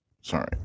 Sorry